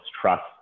trust